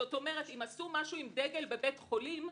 כלומר אם עשו משהו עם דגל בבית חולים,